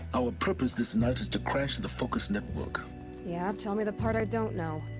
our purpose this night is to crash the focus network yeah, tell me the part i don't know.